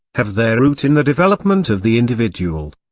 have their root in the development of the individual.